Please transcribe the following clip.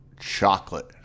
chocolate